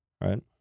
right